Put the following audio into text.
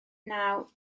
naw